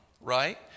right